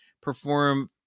perform